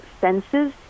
senses